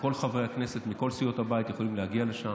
כל חברי הכנסת מכל סיעות הבית יכולים להגיע לשם.